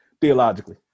theologically